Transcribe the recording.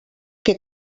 que